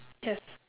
yes